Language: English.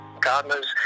gardeners